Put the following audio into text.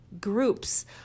groups